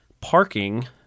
parking